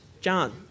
John